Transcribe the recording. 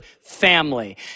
family